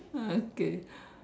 okay